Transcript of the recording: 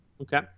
Okay